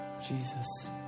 Jesus